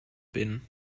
bin